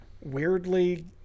weirdly